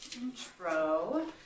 intro